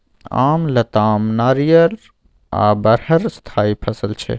आम, लताम, नारियर आ बरहर स्थायी फसल छै